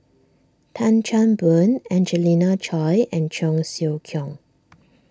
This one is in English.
Tan Chan Boon Angelina Choy and Cheong Siew Keong